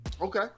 Okay